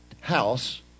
house